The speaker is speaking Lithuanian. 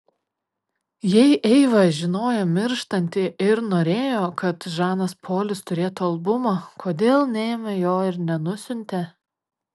jei eiva žinojo mirštanti ir norėjo kad žanas polis turėtų albumą kodėl neėmė jo ir nenusiuntė